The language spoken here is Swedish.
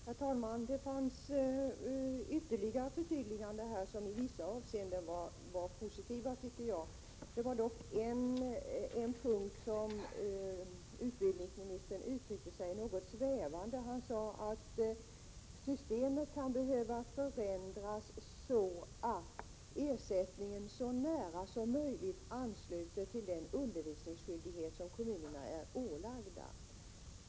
Herr talman! Utbildningsministerns ytterligare förtydliganden var i vissa avseenden positiva. Utbildningsministern uttryckte sig dock något svävande på en punkt. Han sade att systemet kan behöva förändras så att ersättningen så nära som möjligt ansluter till den undervisningsskyldighet som kommunerna är ålagda.